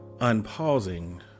unpausing